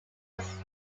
was